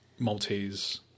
Maltese